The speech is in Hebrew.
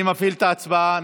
אני מפעיל את ההצבעה.